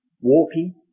walking